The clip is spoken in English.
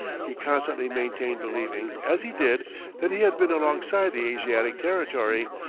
he constantly maintained, believing as he did that he had been alongside the asiatic territory,